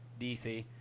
DC